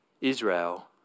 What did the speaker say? Israel